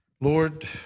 Lord